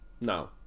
No